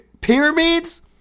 Pyramids